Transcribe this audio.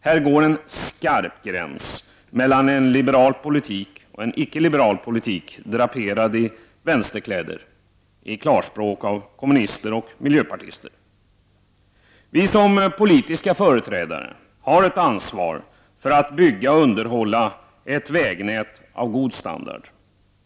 Här går en skarp gräns mellan liberal politik och icke liberal politik, draperad i vänsterkläder — i klarspråk en politik företrädd av kommunister och miljöpartister. Vi som politiska företrädare har ett ansvar för att bygga och underhålla ett vägnät av god standard.